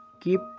keep